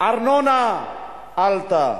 הארנונה עלתה,